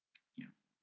ya